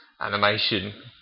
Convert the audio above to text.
animation